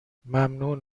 ممنون